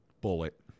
Bullet